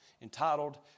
entitled